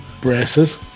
Braces